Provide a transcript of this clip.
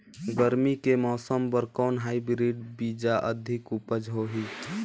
गरमी के मौसम बर कौन हाईब्रिड बीजा अधिक उपज होही?